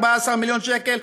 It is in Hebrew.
14 מיליון שקל,